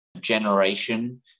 generation